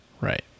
Right